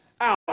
out